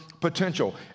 potential